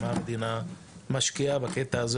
מה המדינה משקיעה בקטע הזה?